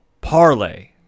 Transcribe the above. Parlay